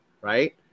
right